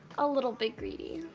ah little bit greedy